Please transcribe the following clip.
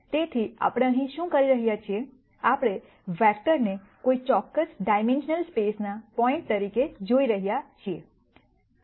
તેથી આપણે અહીં શું કરી રહ્યા છીએ આપણે વેક્ટરને કોઈ ચોક્કસ ડાઈમેન્શનલ સ્પેસના પોઇન્ટ્સ તરીકે જોઈ રહ્યા છીએ